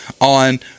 on